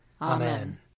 Amen